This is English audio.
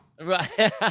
Right